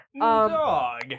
Dog